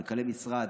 מנכ"לי משרד,